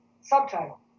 Subtitle